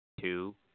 Two